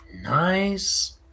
Nice